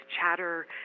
chatter